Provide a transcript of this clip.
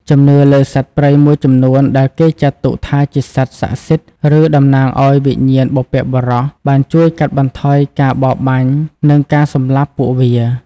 ជំនឿលើសត្វព្រៃមួយចំនួនដែលគេចាត់ទុកថាជាសត្វស័ក្តិសិទ្ធិ ឬតំណាងឲ្យវិញ្ញាណបុព្វបុរស បានជួយកាត់បន្ថយការបរបាញ់ និងការសម្លាប់ពួកវា។